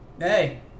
Hey